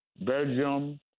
Belgium